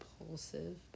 impulsive